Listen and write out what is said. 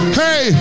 hey